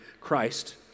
Christ